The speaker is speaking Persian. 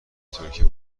ترکیه